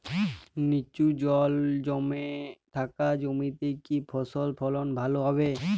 নিচু জল জমে থাকা জমিতে কি ফসল ফলন ভালো হবে?